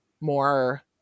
more